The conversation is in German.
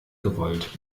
gewollt